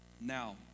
Now